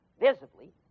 visibly